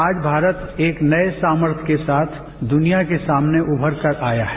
आज भारत एक नए सामर्थय के साथ दुनिया के सामने उभर कर आया है